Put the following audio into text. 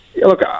look